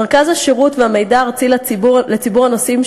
מרכז השירות והמידע הארצי לציבור הנוסעים,